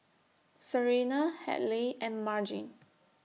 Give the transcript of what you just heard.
Serena Hadley and Margene